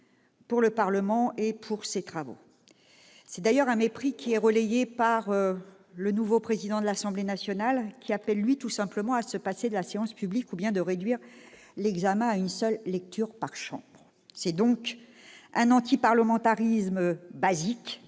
envers le Parlement et ses travaux. Ce mépris, d'ailleurs, est relayé par le nouveau président de l'Assemblée nationale qui appelle, lui, tout simplement, à se passer de la séance publique ou bien à réduire l'examen à une seule lecture par chambre. C'est donc un antiparlementarisme basique